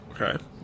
Okay